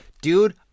dude